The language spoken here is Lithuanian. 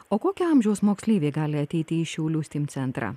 o kokio amžiaus moksleiviai gali ateiti į šiaulių steam centrą